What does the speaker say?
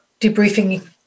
debriefing